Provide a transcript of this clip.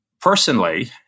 Personally